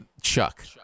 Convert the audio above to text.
Chuck